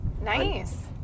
Nice